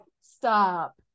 stop